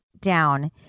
down